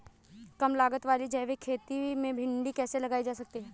कम लागत वाली जैविक खेती में भिंडी कैसे लगाई जा सकती है?